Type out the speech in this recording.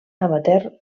amateur